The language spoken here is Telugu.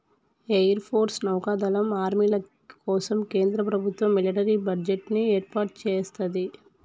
ఎయిర్ ఫోర్సు, నౌకా దళం, ఆర్మీల కోసం కేంద్ర ప్రభుత్వం మిలిటరీ బడ్జెట్ ని ఏర్పాటు సేత్తది